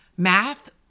Math